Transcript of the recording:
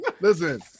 listen